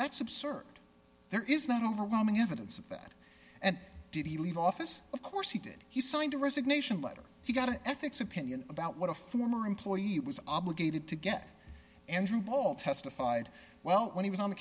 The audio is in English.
that's absurd there is not overwhelming evidence of that and did he leave office of course he did he signed a resignation letter he got an ethics opinion about what a former employee was obligated to get andrew bolt testified well when he was on the